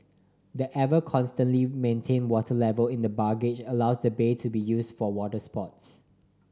the ever constantly maintained water level in the barrage allows the bay to be used for water sports